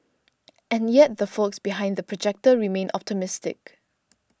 and yet the folks behind The Projector remain optimistic